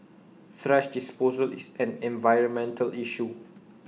thrash disposal is an environmental issue